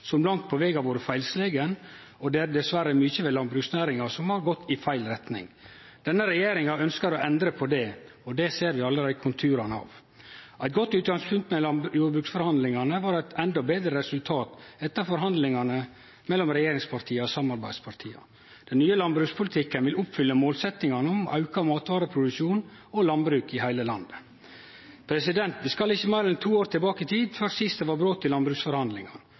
som langt på veg har vore feilslegen, og det er dessverre mykje ved landbruksnæringa som har gått i feil retning. Denne regjeringa ønskjer å endre på det, og det ser vi allereie konturane av. Eit godt utgangspunkt med jordbruksforhandlingane blei eit enda betre resultat etter forhandlingane mellom regjeringspartia og samarbeidspartia. Den nye landbrukspolitikken vil oppfylle målsettingane om auka matvareproduksjon og landbruk i heile landet. Det er ikkje meir enn to år sidan sist det var brot i landbruksforhandlingane.